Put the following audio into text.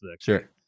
Sure